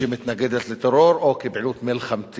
שמתנגדת לטרור או כפעילות מלחמתית.